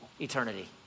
eternity